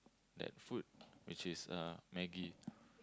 that food which is uh maggie